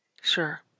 Sure